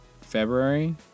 February